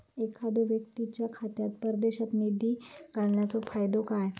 एखादो व्यक्तीच्या खात्यात परदेशात निधी घालन्याचो फायदो काय?